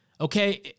Okay